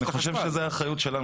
אני חושב שזאת אחריות שלנו.